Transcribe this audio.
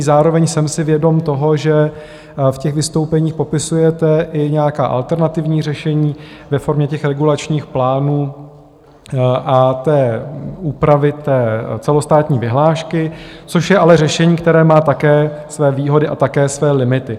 Zároveň jsem si vědom toho, že v těch vystoupeních popisujete i nějaká alternativní řešení ve formě regulačních plánů a úpravy celostátní vyhlášky, což je ale řešení, které má také své výhody a také své limity.